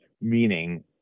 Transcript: meaning